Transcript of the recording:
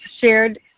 shared